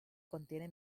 contiene